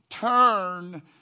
turn